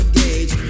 gauge